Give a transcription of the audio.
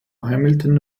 hamilton